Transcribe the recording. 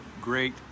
great